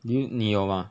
do you 你有 mah